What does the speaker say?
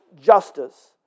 justice